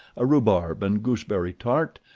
a rhubarb and gooseberry tart,